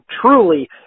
truly